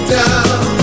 down